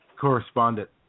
correspondent